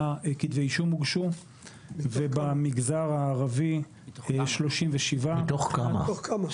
כתבי אישום, ובמגזר הערבי 37. מתוך כמה?